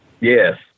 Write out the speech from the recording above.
Yes